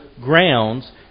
grounds